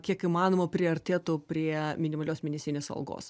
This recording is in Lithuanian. kiek įmanoma priartėtų prie minimalios mėnesinės algos